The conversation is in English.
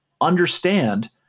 understand